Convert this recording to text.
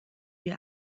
wir